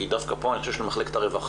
כי דווקא פה אני חושב שמחלקת הרווחה